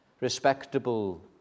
Respectable